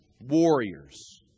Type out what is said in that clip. Warriors